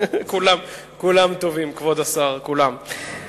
כולם טובים, כבוד השר, כולם.